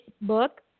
book